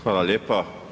Hvala lijepa.